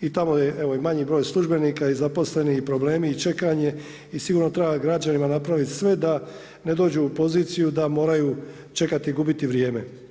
i tamo je evo i manji broj službenika i zaposlenih i problemi i čekanje i sigurno treba građanima napravit sve da ne dođu u poziciju da moraju čekati i gubiti vrijeme.